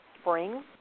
spring